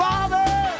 Father